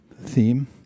theme